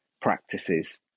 practices